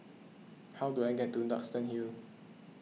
how do I get to Duxton Hill